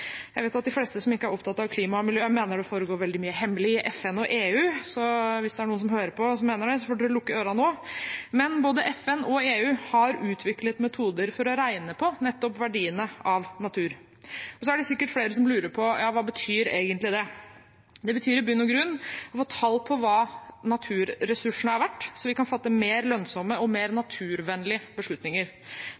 Jeg vet at de fleste som ikke er opptatt av klima og miljø, mener det foregår veldig mye hemmelig i FN og EU. Hvis det er noen som hører på, som mener det, får de lukke ørene nå. Både FN og EU har utviklet metoder for å regne på nettopp verdien av natur. Så er det sikkert flere som lurer på: Ja, hva betyr egentlig det? Det betyr i bunn og grunn å få tall på hva naturressursene har vært, så vi kan fatte mer lønnsomme og mer